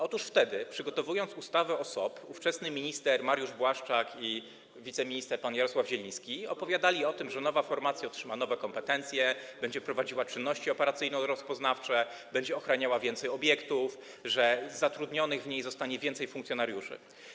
Otóż wtedy, przygotowując ustawę o SOP, ówczesny minister Mariusz Błaszczak i wiceminister pan Jarosław Zieliński opowiadali o tym, że nowa formacja otrzyma nowe kompetencje, będzie prowadziła czynności operacyjno-rozpoznawcze, będzie ochraniała więcej obiektów, że zatrudnionych w niej zostanie więcej funkcjonariuszy.